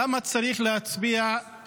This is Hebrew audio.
למה צריך להצביע על